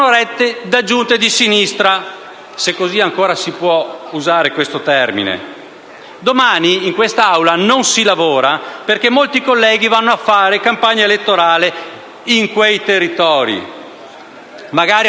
rette da Giunte di sinistra, se ancora si può usare questo termine. Domani, in quest'Aula non si lavora perché molti colleghi vanno a fare campagna elettorale in quei territori e magari